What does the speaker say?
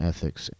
Ethics